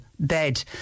Bed